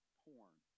porn